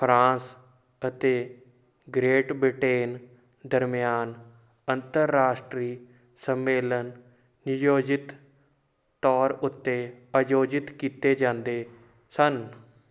France ਅਤੇ Great Britain ਦਰਮਿਆਨ ਅੰਤਰਰਾਸ਼ਟਰੀ ਸੰਮੇਲਨ ਨਿਯੋਜਿਤ ਤੌਰ ਉੱਤੇ ਆਯੋਜਿਤ ਕੀਤੇ ਜਾਂਦੇ ਸਨ